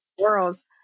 worlds